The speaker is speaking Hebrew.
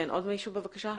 כן, בבקשה.